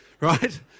right